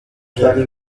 byari